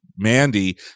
mandy